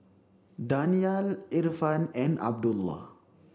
Danial Irfan and Abdullah